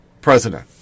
president